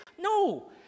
No